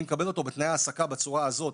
ואני מקבל אותו בתנאי העסקה בצורה הזאת,